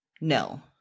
no